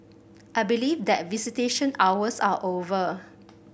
I believe that visitation hours are over